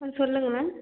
ஆ சொல்லுங்கள் மேம்